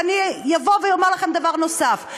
ואני אומר לכם דבר נוסף.